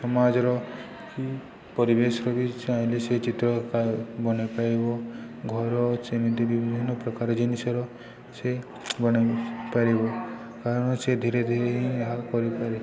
ସମାଜର କି ପରିବେଶର ବି ଚାହିଁଲେ ସେ ଚିତ୍ର ବନେଇପାରିବ ଘର ସେମିତି ବିଭିନ୍ନ ପ୍ରକାର ଜିନିଷର ସେ ବନେଇ ପାରିବ କାରଣ ସେ ଧୀରେ ଧୀରେ ହିଁ ଏହା କରିପାରେ